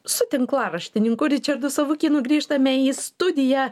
su tinklaraštininku ričardu savukynu grįžtame į studiją